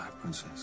princess